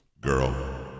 Girl